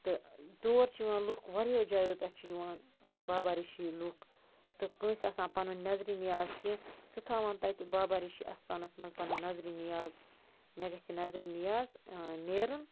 تہٕ تور چھِ یِوان لُکھ واریِہو جایو پٮ۪ٹھ چھِ یِوان بابا ریٖشی لُکھ تہٕ کٲنٛسہِ آسان پنُن نظرِ نِیاز کہِ سُہ تھاوان تَتہِ بابا ریشی اَساتنس منٛز پنُن نظرِ نِیاز مےٚ گژھِ یہِ نظرِ نِیاز نیرُن